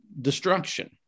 destruction